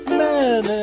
men